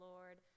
Lord